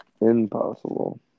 impossible